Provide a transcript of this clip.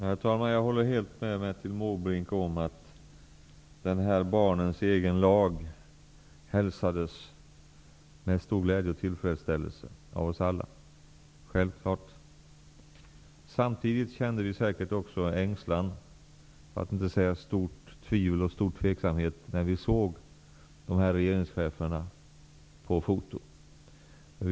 Herr talman! Jag håller helt med Bertil Måbrink om att denna barnens egen lag hälsades med stor glädje och tillfredsställelse av oss alla. Samtidigt kände vi säkert också ängslan, för att inte säga stort tvivel och stor tvekan, när vi såg de här regeringscheferna på fotot.